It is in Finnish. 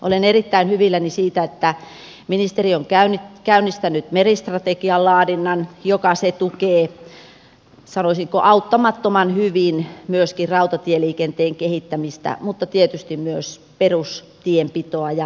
olen erittäin hyvilläni siitä että ministeri on käynnistänyt meristrategian laadinnan joka tukee sanoisinko auttamattoman hyvin myöskin rautatieliikenteen kehittämistä mutta tietysti myös perustienpitoa ja pääväylästön rakentamista